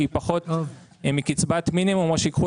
כי היא פחות מקצבת מינימום או שייקחו